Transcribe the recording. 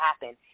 happen